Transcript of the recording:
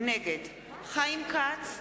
נגד חיים כץ,